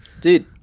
dude